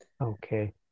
Okay